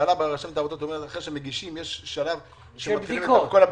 אחרי שמגישים יש שלב של בדיקות,